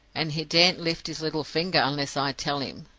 and he daren't lift his little finger unless i tell him.